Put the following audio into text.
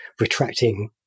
retracting